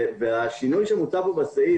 השינוי שמוצע כאן בסעיף